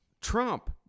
Trump